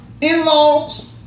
in-laws